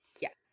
yes